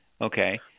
okay